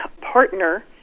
partner